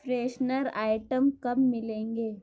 freshener item کب ملیں گے